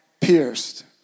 pierced